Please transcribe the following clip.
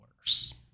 worse